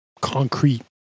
concrete